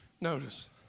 Notice